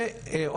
בנוסף,